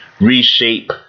reshape